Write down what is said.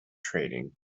training